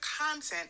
content